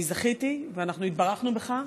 אני זכיתי ואנחנו התברכנו בך.